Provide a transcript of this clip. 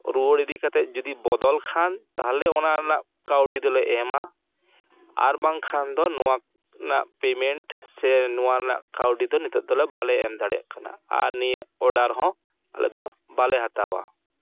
ᱨᱩᱣᱟᱹᱲ ᱤᱫᱤ ᱠᱟᱛᱮᱫ ᱡᱩᱫᱤ ᱵᱚᱫᱚᱞ ᱠᱷᱟᱱ ᱛᱟᱦᱚᱞᱮ ᱚᱱᱟ ᱨᱮᱱᱟᱜ ᱠᱟᱹᱣᱰᱤ ᱫᱚᱞᱮ ᱮᱢᱟ ᱟᱨ ᱵᱟᱝᱠᱷᱟᱱ ᱫᱚ ᱱᱚᱣᱟ ᱨᱮᱱᱟᱜ ᱯᱮᱢᱮᱱᱴ ᱥᱮ ᱱᱚᱣᱟ ᱨᱮᱱᱟᱜ ᱠᱟᱹᱣᱰᱤ ᱫᱚ ᱱᱤᱛᱚᱜ ᱫᱚ ᱵᱟᱞᱮ ᱮᱢ ᱫᱟᱲᱮᱭᱟᱜ ᱠᱟᱱᱟ ᱟᱨ ᱱᱤᱭᱟᱹ ᱚᱰᱟᱨ ᱦᱚᱸ ᱟᱞᱮ ᱫᱚ ᱵᱟᱞᱮ ᱦᱟᱛᱟᱣᱟ